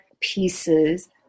pieces